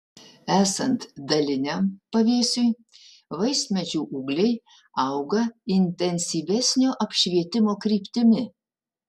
esant daliniam pavėsiui vaismedžių ūgliai auga intensyvesnio apšvietimo kryptimi